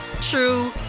true